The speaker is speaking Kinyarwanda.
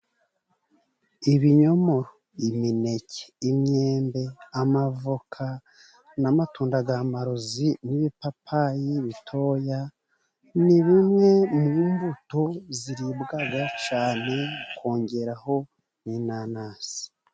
Ibinyomo, imineke, imyembe, amavoka , n'amatunda y'amarozi, n'ibipapayi bitoya, ni bimwe mu mbuto ziribwaga cyane kongeraho n'inanasi.